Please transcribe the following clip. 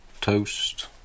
toast